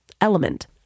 Element